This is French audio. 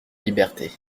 liberté